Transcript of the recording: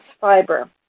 fiber